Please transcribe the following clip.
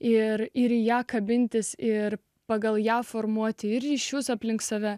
ir ir į ją kabintis ir pagal ją formuoti ryšius aplink save